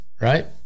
right